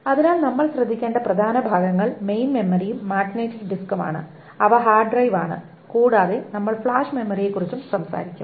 അതിനാൽ നമ്മൾ ശ്രദ്ധിക്കേണ്ട പ്രധാന ഭാഗങ്ങൾ മെയിൻ മെമ്മറിയും മാഗ്നറ്റിക് ഡിസ്കും ആണ് അവ ഹാർഡ് ഡ്രൈവ് ആണ് കൂടാതെ നമ്മൾ ഫ്ലാഷ് മെമ്മറിയെക്കുറിച്ചും കുറച്ച് സംസാരിക്കും